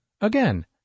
Again